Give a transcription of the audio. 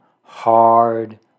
hard